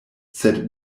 sed